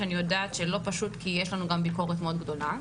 שאני יודעת שלא פשוט כי יש לנו גם ביקורת מאוד גדולה.